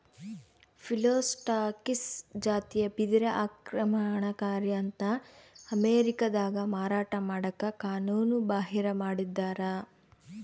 Phyllostachys ಜಾತಿಯ ಬಿದಿರು ಆಕ್ರಮಣಕಾರಿ ಅಂತ ಅಮೇರಿಕಾದಾಗ ಮಾರಾಟ ಮಾಡಕ ಕಾನೂನುಬಾಹಿರ ಮಾಡಿದ್ದಾರ